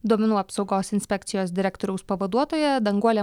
duomenų apsaugos inspekcijos direktoriaus pavaduotoja danguolė